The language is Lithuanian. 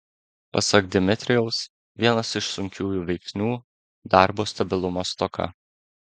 pasak dmitrijaus vienas iš sunkiųjų veiksnių darbo stabilumo stoka